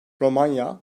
romanya